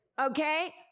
Okay